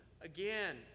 Again